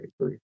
agree